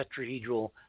tetrahedral